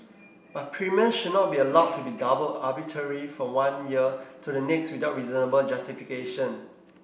but premiums should not be allowed to be doubled arbitrarily from one year to the next without reasonable justification